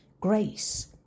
grace